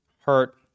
hurt